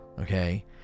Okay